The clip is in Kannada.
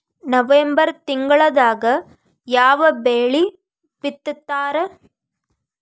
ನವೆಂಬರ್ ತಿಂಗಳದಾಗ ಯಾವ ಬೆಳಿ ಬಿತ್ತತಾರ?